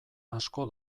asko